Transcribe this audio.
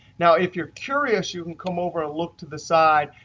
now if you're curious, you can come over and look to the side.